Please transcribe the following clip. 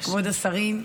כבוד השרים,